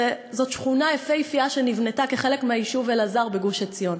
זאת שכונה יפהפייה שנבנתה כחלק מהיישוב אלעזר בגוש-עציון.